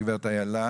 גברת איילה